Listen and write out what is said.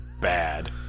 bad